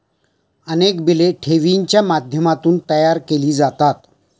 अनेक बिले ठेवींच्या माध्यमातून तयार केली जातात